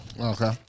Okay